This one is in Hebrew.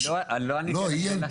אני לא עניתי על השאלה.